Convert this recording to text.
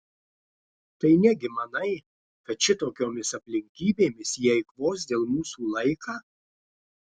tai negi manai kad šitokiomis aplinkybėmis jie eikvos dėl mūsų laiką